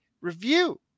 review